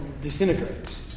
disintegrate